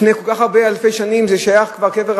לפני כל כך הרבה אלפי שנים קבר רחל שייך כבר,